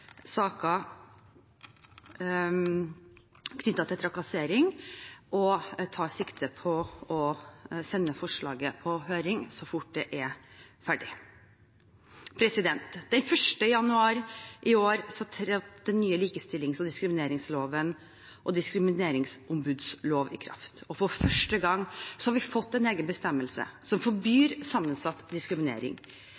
saker knyttet til seksuell trakassering og tar sikte på å sende forslaget ut på høring så fort det er ferdig. Den 1. januar i år trådte den nye likestillings- og diskrimineringsloven og diskrimineringsombudsloven i kraft. For første gang har vi fått en egen bestemmelse som